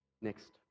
Next